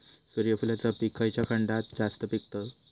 सूर्यफूलाचा पीक खयच्या खंडात जास्त पिकवतत?